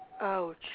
Ouch